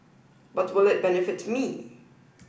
but will it benefit me